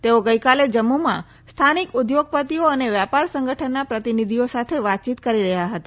તેઓ ગઇકાલે જમ્મુમાં સ્થાનિક ઉદ્યોગપતિઓ અને વેપાર સંગઠનના પ્રતિનિધિઓ સાથે વાતચીત કરી રહયાં હતા